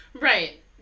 right